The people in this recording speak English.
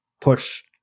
push